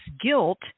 guilt